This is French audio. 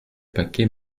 paquets